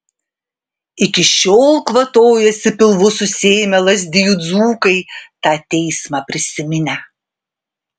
iki šiol kvatojasi pilvus susiėmę lazdijų dzūkai tą teismą prisiminę